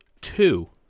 two